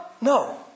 No